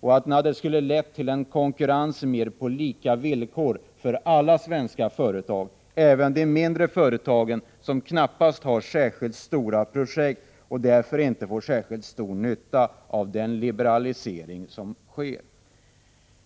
och lett till en konkurrens mer på lika villkor för alla svenska företag — även de mindre företagen, som knappast har särskilt stora projekt och som därför inte får särskilt stor nytta av den liberalisering som sker.